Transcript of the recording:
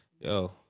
Yo